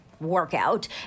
workout